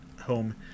home